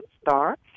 Star